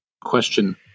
question